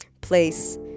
place